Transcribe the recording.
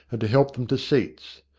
and to help them to seats.